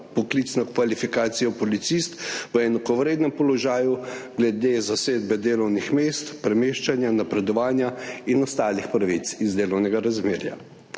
poklicno kvalifikacijo policist v enakovrednem položaju glede zasedbe delovnih mest, premeščanja, napredovanja in ostalih pravic iz delovnega razmerja.